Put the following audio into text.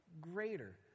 Greater